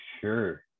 sure